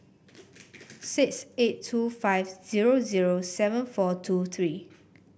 six eight two five zero zero seven four two three